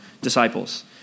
disciples